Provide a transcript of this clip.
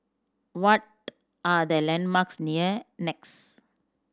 what are the landmarks near NEX